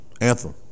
Anthem